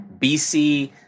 BC